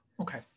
Okay